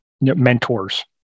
mentors